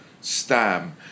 Stam